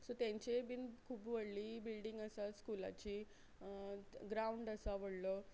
so तेंचेय बीन खूब व्हडली बिल्डींग आसा स्कुलाची ग्रावंड आसा व्हडलो